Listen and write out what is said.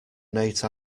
nate